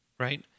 Right